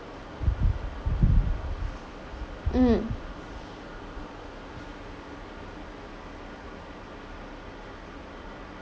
mm